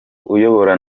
uyobora